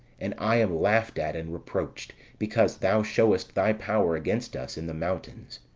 and i am laughed at and reproached, because thou shewest thy power against us in the mountuins.